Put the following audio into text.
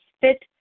fit